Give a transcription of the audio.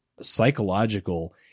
psychological